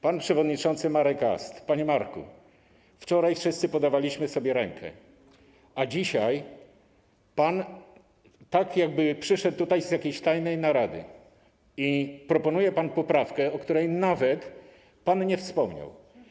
Pan przewodniczący Marek Ast. Panie Marku, wczoraj wszyscy podawaliśmy sobie rękę, a dzisiaj pan przyszedł tutaj z jakiejś tajnej narady i proponuje pan poprawkę, o której pan nawet nie wspomniał.